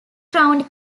crowned